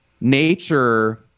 nature